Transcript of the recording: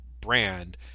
brand